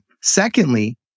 Secondly